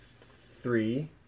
three